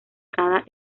cada